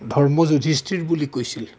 ধৰ্ম যুধিষ্ঠিৰ বুলি কৈছিল